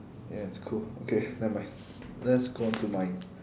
ya it's cool okay never mind let's go on to mine